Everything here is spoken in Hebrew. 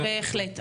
בהחלט.